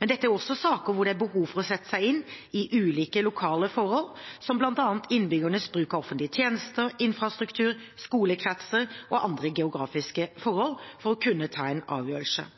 Men dette er også saker hvor det er behov for å sette seg inn i ulike lokale forhold, som bl.a. innbyggernes bruk av offentlige tjenester, infrastruktur, skolekretser og andre geografiske forhold, for å kunne ta en avgjørelse.